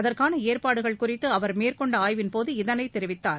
அதற்கான ஏற்பாடுகள் குறித்து அவர் மேற்கொண்ட ஆய்வின் போது இதனை தெரிவித்தார்